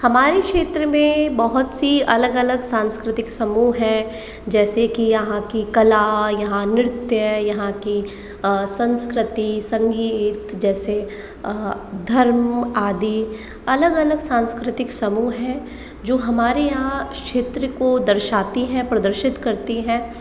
हमारे क्षेत्र में बहुत सी अलग अलग सांस्कृतिक समूह हैं जैसे कि यहाँ की कला यहाँ नृत्य यहाँ की संस्कृति संगीत जैसे धर्म आदि अलग अलग सांस्कृतिक समूह हैं जो हमारे यहाँ क्षेत्र को दर्शाती हैं प्रदर्शित करतीं हैं